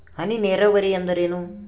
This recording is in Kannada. ಹನಿ ನೇರಾವರಿ ಎಂದರೇನು?